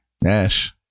Nash